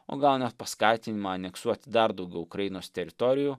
o gal net paskatinimą aneksuoti dar daugiau ukrainos teritorijų